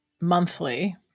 monthly